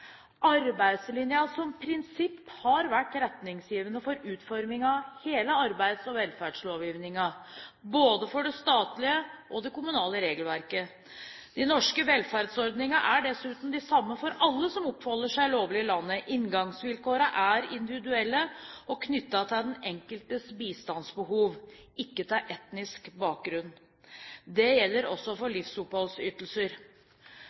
som prinsipp har vært retningsgivende for utformingen av hele arbeids- og velferdslovgivningen, både for det statlige og for det kommunale regelverket. De norske velferdsordningene er dessuten de samme for alle som oppholder seg lovlig i landet: Inngangsvilkårene er individuelle og knyttet til den enkeltes bistandsbehov, ikke til etnisk bakgrunn. Det gjelder også